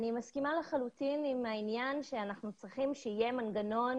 אני לחלוטין מסכימה עם זה שאנחנו צריכים שיהיה מנגנון